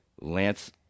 lance